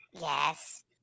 Yes